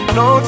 no